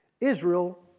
Israel